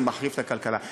זה מחריב את הכלכלה.